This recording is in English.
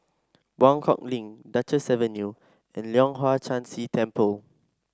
Buangkok Link Duchess Avenue and Leong Hwa Chan Si Temple